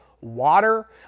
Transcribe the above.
water